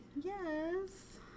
Yes